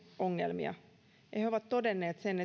ongelmia ja ja he ovat todenneet sen